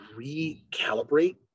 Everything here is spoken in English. recalibrate